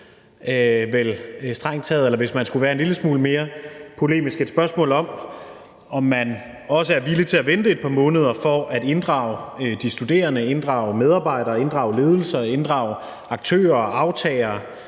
om måneder. Eller hvis man skulle være en lille smule mere polemisk, kunne man sige, at det er et spørgsmål om, om man er villig til at vente et par måneder for at inddrage studerende, inddrage medarbejdere, inddrage ledelser og inddrage aktører og aftagere